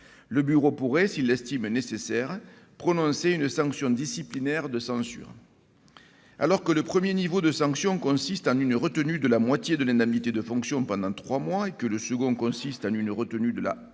Le bureau pourrait, s'il l'estime nécessaire, prononcer une sanction disciplinaire de censure. Le premier niveau de sanction consiste en une retenue de la moitié de l'indemnité de fonction pendant trois mois, et le deuxième en une retenue de la